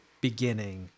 beginning